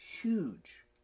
huge